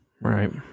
Right